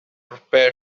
prepare